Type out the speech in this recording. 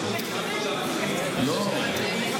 לא.